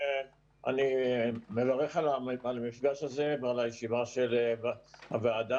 אני מברך על המפגש הזה ועל הישיבה של הוועדה.